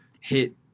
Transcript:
hit